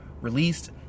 released